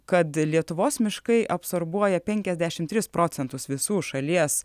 kad lietuvos miškai absorbuoja penkiasdešim tris procentus visų šalies